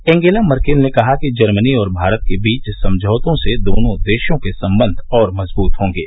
Angela Merkel ने कहा कि जर्मनी और भारत के बीच समझौतों से दोनों देशों के संबंध और मजबूत होंगे